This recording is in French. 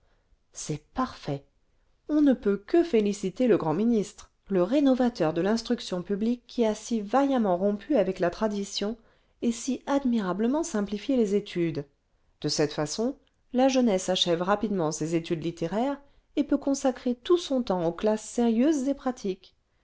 c'est parfait on ne peut que féliciter le grand ministre le rénovateur de l'instruction publique qui a si vaillamment rompu avec la tradition et si admirablement simplifié les études de cette façon la jeunesse achève rapidement ses études littéraires et peut consacrer tout son temps aux classes sérieuses et pratiques